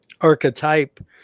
archetype